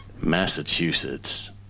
Massachusetts